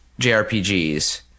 JRPGs